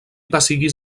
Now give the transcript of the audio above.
pasigis